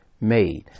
made